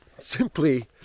Simply